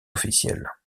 officielles